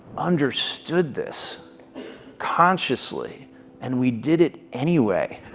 understood this consciously and we did it anyway.